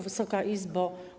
Wysoka Izbo!